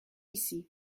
ici